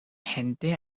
gente